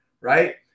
right